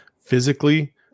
physically